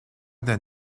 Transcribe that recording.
del